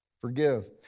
Forgive